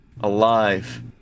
alive